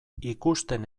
ikusten